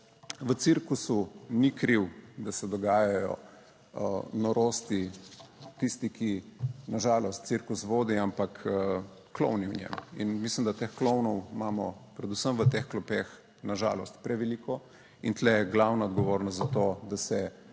v cirkusu ni kriv, da se dogajajo norosti, tisti, ki na žalost cirkus vodi, ampak klovni v njem in mislim, da teh klovnov imamo predvsem v teh klopeh na žalost preveliko in tu je glavna odgovornost za to, da se